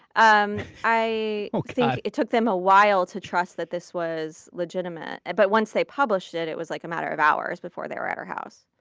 um i think it took them a while to trust that this was legitimate. but once they published it, it was like a matter of hours before were at her house.